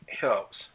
helps